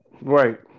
Right